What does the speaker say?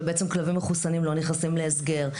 שבעצם כלבים מחוסנים לא נכנסים להסגר.